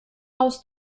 aus